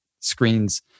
screens